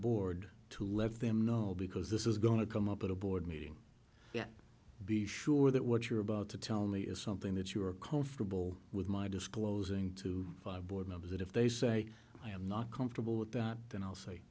board to let them know because this is going to come up at a board meeting yet be sure that what you're about to tell me is something that you are comfortable with my disclosing to my board members that if they say i am not comfortable with that then i'll say